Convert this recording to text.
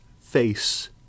face